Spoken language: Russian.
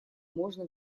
можно